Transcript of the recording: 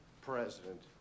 president